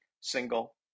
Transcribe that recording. single